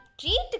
treat